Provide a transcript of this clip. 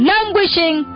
Languishing